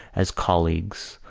as colleagues,